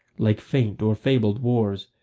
like faint or fabled wars,